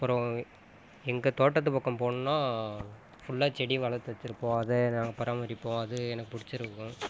அப்புறம் எங்கள் தோட்டத்து பக்கம் போனோன்னா ஃபுல்லா செடி வளர்த்து வச்சுருப்போம் அதை நாங்கள் பராமரிப்போம் அது எனக்கு பிடிச்சிருக்கும்